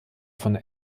von